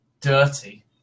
dirty